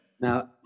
Now